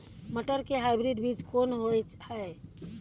मटर के हाइब्रिड बीज कोन होय है?